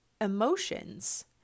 emotions